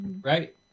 Right